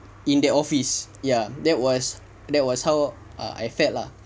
in their office ya that was that was how I felt lah